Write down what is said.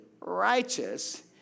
righteous